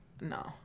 no